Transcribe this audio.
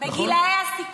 בגילאי הסיכון.